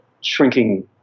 shrinking